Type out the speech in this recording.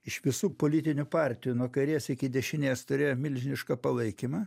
iš visų politinių partijų nuo kairės iki dešinės turėjom milžinišką palaikymą